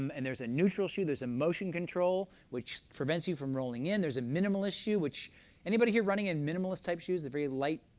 um and there's a neutral shoe. there's a motion control, which prevents you from rolling in. there's a minimalist shoe, which anybody here running in minimalist type shoes, the very light,